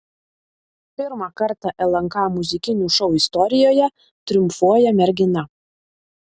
pirmą kartą lnk muzikinių šou istorijoje triumfuoja mergina